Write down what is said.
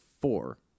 four